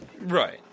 Right